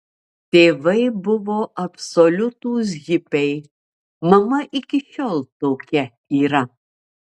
tėvai buvo absoliutūs hipiai mama iki šiol tokia yra